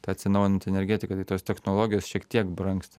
ta atsinaujinanti energetika tai tos technologijos šiek tiek brangst